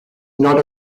not